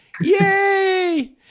yay